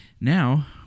now